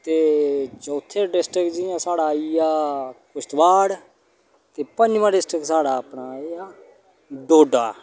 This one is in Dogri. ते चौथे डिस्ट्रिक्ट जियां साढ़ आई गेआ किश्तवाड़ ते पंजमां डिस्ट्रिक्ट साढ़ा अपना ऐ हां डोडा